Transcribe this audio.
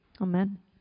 Amen